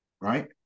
right